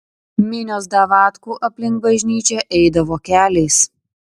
minios davatkų aplink bažnyčią eidavo keliais